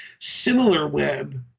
SimilarWeb